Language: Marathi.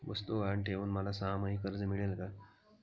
वस्तू गहाण ठेवून मला सहामाही कर्ज मिळेल का?